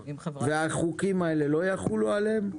והחוקים האלה לא יחולו עליהם?